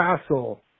Castle